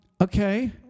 okay